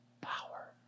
power